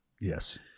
Yes